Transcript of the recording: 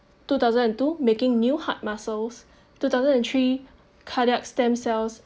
two thousand and two making new heart muscles two thousand and three cardiac stem cells